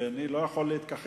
ואני לא יכול להתכחש,